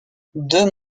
deux